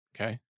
Okay